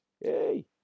Hey